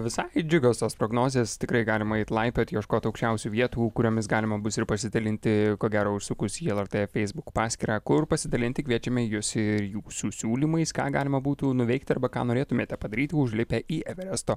visai džiugios tos prognozės tikrai galima eit laipiot ieškot aukščiausių vietų kuriomis galima bus ir pasidalinti ko gero užsukus į lrt feisbuk paskyrą kur pasidalinti kviečiame jus ir jūsų siūlymais ką galima būtų nuveikti arba ką norėtumėte padaryti užlipę į everesto